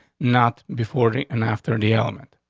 not before and after and the element.